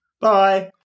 bye